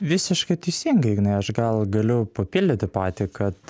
visiškai teisingai ignai aš gal galiu papildyti patį kad